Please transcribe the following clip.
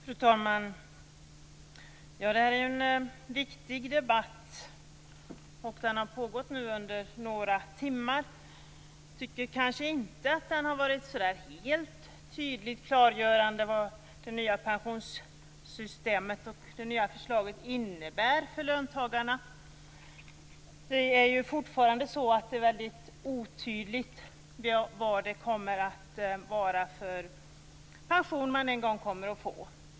Fru talman! Det här är en viktig debatt, och den har pågått under några timmar. Jag tycker kanske inte att den har varit helt tydlig och klargörande om vad förslaget till det nya pensionssystemet innebär för löntagarna. Det är fortfarande mycket otydligt vilken pension man en gång kommer att få.